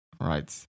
right